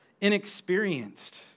inexperienced